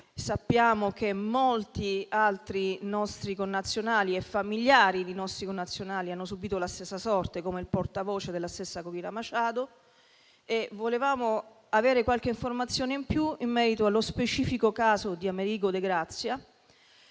sappiamo che molti altri nostri connazionali e familiari di nostri connazionali hanno subito la stessa sorte, come il portavoce della stessa Corina Machado. Volevamo avere qualche informazione in più in merito allo specifico caso di Americo de Grazia,